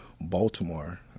Baltimore